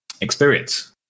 experience